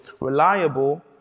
reliable